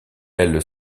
elle